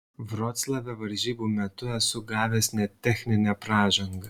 vroclave varžybų metu esu gavęs net techninę pražangą